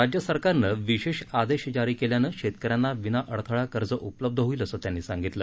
राज्य सरकारनं विशेष आदेश जारी केल्यानं शेतकऱ्यांना विना अडथळा कर्ज उपलब्ध होईल असं त्यांनी सांगितलं